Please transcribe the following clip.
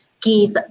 give